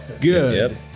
Good